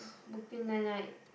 Brooklyn-Nine-Nine